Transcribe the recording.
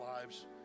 lives